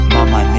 Mama